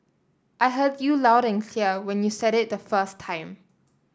I heard you loud and clear when you said it the first time